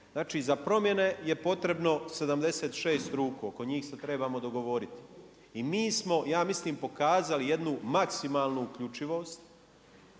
Znači za promjene je potrebno 76 ruku, oko njih se trebamo dogovoriti. I mi smo ja mislim pokazali jednu maksimalnu uključivost,